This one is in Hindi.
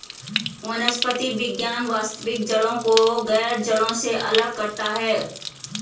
वनस्पति विज्ञान वास्तविक जड़ों को गैर जड़ों से अलग करता है